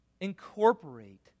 Incorporate